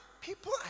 people